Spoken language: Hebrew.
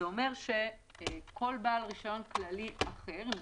אומרת שכל בעל רישיון כללי אחר בעל